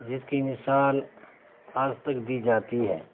جس کی مثال آج تک دی جاتی ہے